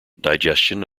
digestion